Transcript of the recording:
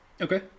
Okay